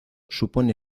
supone